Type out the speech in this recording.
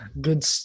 good